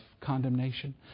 condemnation